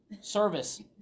service